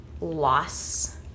loss